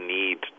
need